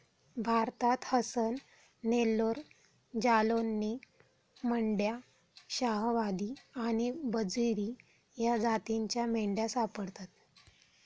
भारतात हसन, नेल्लोर, जालौनी, मंड्या, शाहवादी आणि बजीरी या जातींच्या मेंढ्या सापडतात